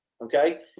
Okay